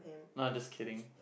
no I'm just kidding